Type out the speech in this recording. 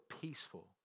peaceful